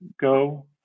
go